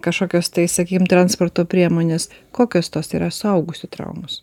kažkokios tai sakykim transporto priemonės kokios tos yra suaugusių traumos